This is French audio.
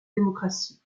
démocratie